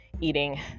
eating